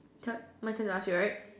turn my turn to ask you right